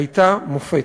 הייתה מופת.